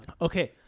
Okay